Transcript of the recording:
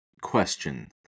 question